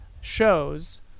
Shows